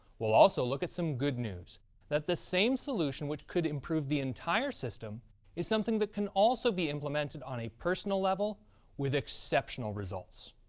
we'll also look at some good news that the same solution which could improve the entire system is something that can also be implemented on a personal level with exceptional results.